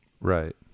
Right